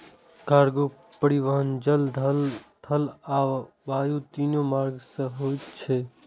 cargo परिवहन जल, थल आ वायु, तीनू मार्ग सं होय छै